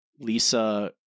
lisa